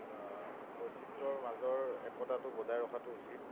বৈচিত্ৰৰ মাজৰ একতাটো বজাই ৰখাটো উচিত